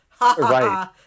Right